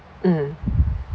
mm